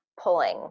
pulling